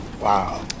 Wow